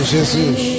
Jesus